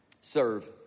serve